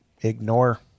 ignore